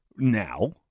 now